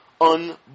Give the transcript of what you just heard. Un